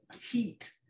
heat